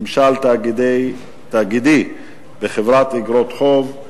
(ממשל תאגידי בחברת איגרות חוב),